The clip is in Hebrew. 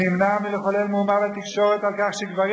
מי נמנע מלחולל מהומה בתקשורת על כך שגברים